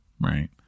right